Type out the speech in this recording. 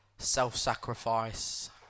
self-sacrifice